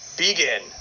begin